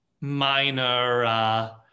minor